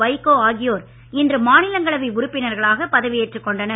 வைகோ ஆகியோர் இன்று மாநிலங்களவை உறுப்பினர்களாகப் பதவியேற்றுக் கொண்டனர்